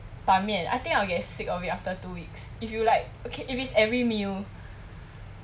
板面 I think I will get sick of it after two weeks if you like okay if it's every meal